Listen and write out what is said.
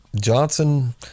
Johnson